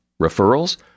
Referrals